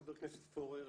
חבר הכנסת פורר,